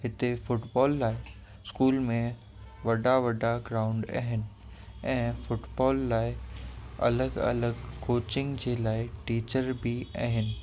हिते फ़ुटबॉल लाइ स्कूल में वॾा वॾा ग्राउंड आहिनि ऐं फ़ुटबॉल लाइ अलॻि अलॻि कोचिंग जे लाइ टीचर बि आहिनि